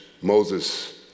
Moses